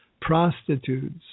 prostitutes